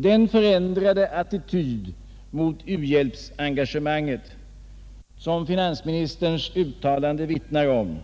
Den förändrade attityd mot u-hjälpsengagemanget som finansministerns uttalande vittnar om